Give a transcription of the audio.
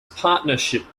partnership